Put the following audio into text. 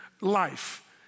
life